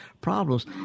problems